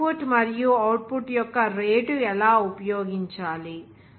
ఆ ఇన్పుట్ మరియు అవుట్పుట్ యొక్క రేటు ఎలా ఉపయోగించాలి